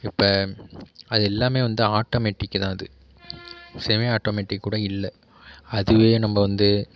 இப்போ அது எல்லாமே வந்து ஆட்டோமேட்டிக் தான் அது செமி ஆட்டோமேட்டிக் கூட இல்லை அதுவே நம்ப வந்து